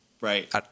Right